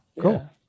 Cool